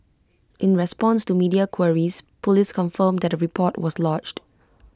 in response to media queries Police confirmed that A report was lodged